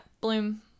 Bloom